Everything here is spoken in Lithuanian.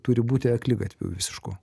turi būti akligatviu visišku